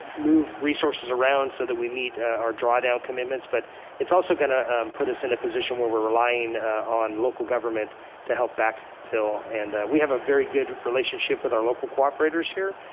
move resources around so that we meet our draw down commitments, but it's also gonna put us in a position where we're relying on local government to help backfill. and we have a very good relationship with our local cooperators here,